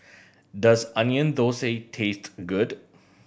does Onion Thosai taste good